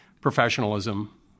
professionalism